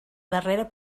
darrera